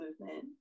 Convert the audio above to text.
movement